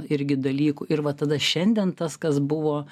irgi dalykų ir va tada šiandien tas kas buvo